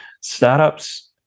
startups